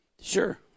Sure